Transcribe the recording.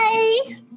Bye